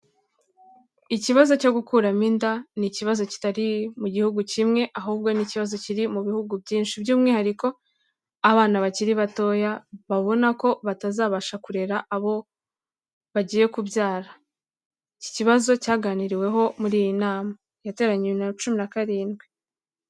Ikibazo cyo gukuramo inda ni ikibazo kitari mu gihugu kimwe ahubwo ni ikibazo kiri mu bihugu byinshi, by'umwihariko abana bakiri batoya babona ko batazabasha kurera abo bagiye kubyara. Iki kibazo cyaganiriweho muri iyi nama yateranye bibiri na cumi na karindwi.